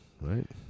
Right